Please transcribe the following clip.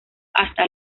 hasta